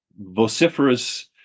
vociferous